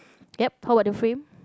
yup talk about the frame